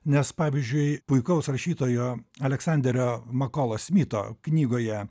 nes pavyzdžiui puikaus rašytojo aleksanderio makalo smito knygoje